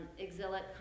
exilic